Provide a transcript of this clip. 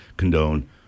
condone